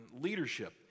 leadership